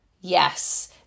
Yes